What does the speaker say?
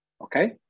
okay